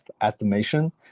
estimation